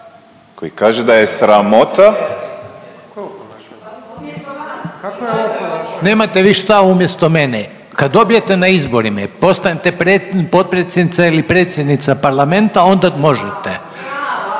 **Reiner, Željko (HDZ)** Nemate vi šta umjesto mene, kad dobijete na izborima postanete potpredsjednica ili predsjednica Parlamenta onda možete,